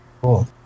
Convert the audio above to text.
Cool